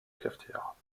cafetière